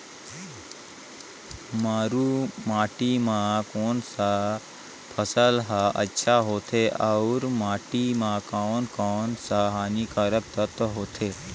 मारू माटी मां कोन सा फसल ह अच्छा होथे अउर माटी म कोन कोन स हानिकारक तत्व होथे?